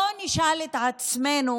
בואו נשאל את עצמנו.